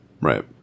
Right